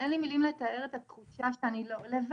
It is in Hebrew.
אני, אין לי מילים לתאר את התחושה שאני לא לבד.